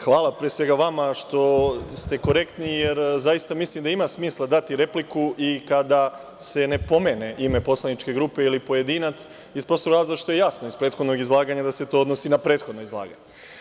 Hvala, pre svega vama, što ste korektni, jer zaista mislim da ima smisla dati repliku i kada se ne pomene ime poslaničke grupe ili pojedinac, iz prostog razloga što je jasno iz prethodnog izlaganja da se to odnosi na prethodno izlaganje.